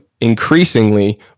increasingly